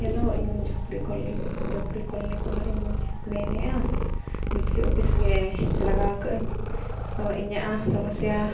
hello ᱤᱧ ᱡᱷᱟᱯᱲᱤ ᱠᱚᱞᱤ ᱡᱷᱚᱯᱲᱤ ᱠᱚᱞᱚᱱᱤ ᱠᱷᱚᱱᱟᱜ ᱤᱧ ᱢᱮᱱᱮᱜᱼᱟ ᱵᱤᱡᱽᱞᱤ ᱚᱯᱷᱤᱥ ᱜᱮ ᱞᱟᱜᱟᱣ ᱠᱟᱜ ᱟᱹᱧ ᱛᱚ ᱤᱧᱟᱹᱜ ᱥᱚᱢᱚᱥᱥᱟ